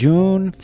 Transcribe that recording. June